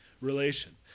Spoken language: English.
relation